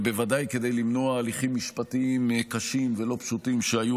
ובוודאי כדי למנוע הליכים משפטיים קשים ולא פשוטים שהיו